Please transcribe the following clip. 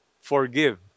forgive